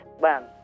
ban